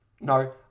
no